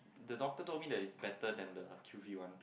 the doctor told me that is better than the Q_V one